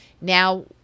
now